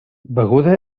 beguda